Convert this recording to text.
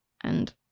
And-